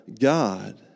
God